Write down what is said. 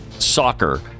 soccer